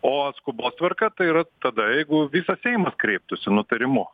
o skubos tvarka tai yra tada jeigu visas seimas kreiptųsi nutarimu